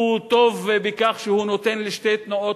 הוא טוב בכך שהוא נותן לשתי תנועות